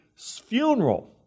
Funeral